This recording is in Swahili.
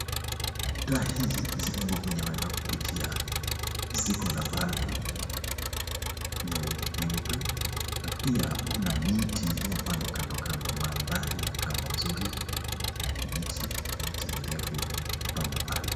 Taa hizi zinawekwa kwenye mahali pa kupitia. Ziko na bulb nyeupe na pia kuna miti iliopandwa kando kando. Mandhari inakaa mazuri ya kijani kibichi na miti mirefu hapa na pale.